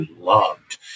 loved